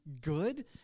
good